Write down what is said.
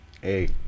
hey